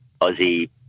Aussie